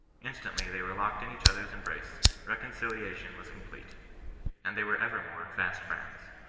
instantly they were locked in each other's embrace reconciliation was complete and they were evermore fast friends.